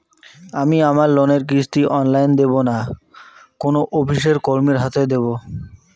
আমি আমার লোনের কিস্তি অনলাইন দেবো না কোনো অফিসের কর্মীর হাতে দেবো?